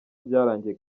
byarangiye